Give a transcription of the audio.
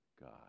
God